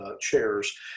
chairs